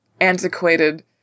antiquated